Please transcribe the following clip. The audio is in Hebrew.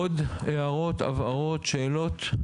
עוד הערות, הבהרות, שאלות?